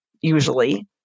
usually